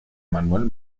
manuel